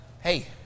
Hey